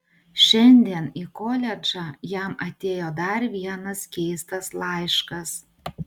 šiandien į koledžą jam atėjo dar vienas keistas laiškas